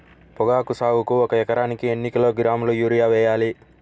పొగాకు సాగుకు ఒక ఎకరానికి ఎన్ని కిలోగ్రాముల యూరియా వేయాలి?